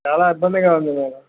చాలా ఇబ్బందిగా ఉంది మేడం